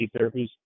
therapies